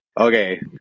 Okay